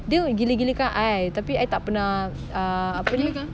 dia gila-gila kan I tapi I tak pernah uh apa ni